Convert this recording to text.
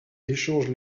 échange